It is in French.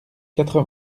quatre